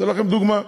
אני אתן לכם דוגמה: